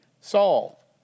Saul